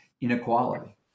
inequality